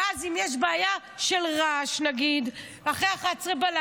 ואז, נגיד אם יש בעיה של רעש אחרי 23:00,